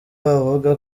avuga